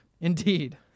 Indeed